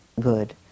good